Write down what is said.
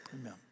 Amen